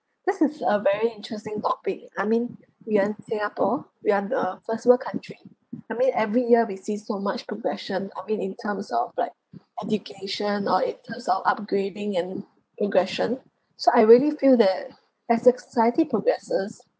this is a very interesting topic I mean we are in singapore we are in a first world country I mean every year we see so much progression I mean in terms of like education or in terms of upgrading and migration so I really feel that as a society progresses